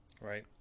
Right